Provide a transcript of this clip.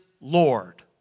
Lord